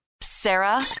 Sarah